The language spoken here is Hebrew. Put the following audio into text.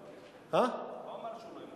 הוא לא אמר שהוא לא ימנה.